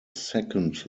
second